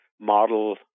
model